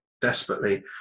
desperately